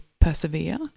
persevere